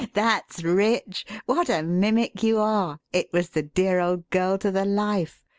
that's rich. what a mimic you are. it was the dear old girl to the life.